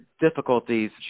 difficulties